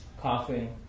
coughing